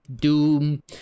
Doom